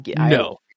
No